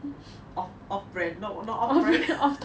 off off brand not not off brand